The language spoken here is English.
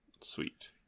Sweet